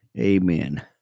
Amen